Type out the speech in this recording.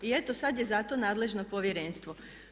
I eto sad je za to nadležno povjerenstvo.